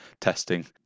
testing